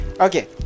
Okay